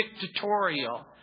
dictatorial